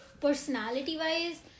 Personality-wise